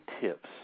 tips